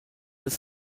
his